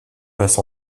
passe